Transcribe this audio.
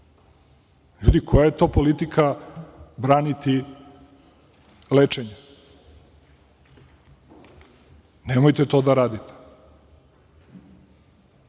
Ljudi, koja je to politika braniti lečenje? Nemojte to da radite.